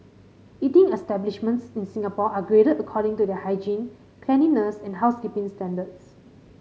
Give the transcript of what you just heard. eating establishments in Singapore are graded according to their hygiene cleanliness and housekeeping standards